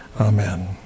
Amen